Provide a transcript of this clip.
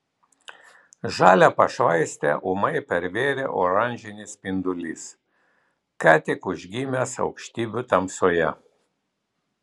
žalią pašvaistę ūmai pervėrė oranžinis spindulys ką tik užgimęs aukštybių tamsoje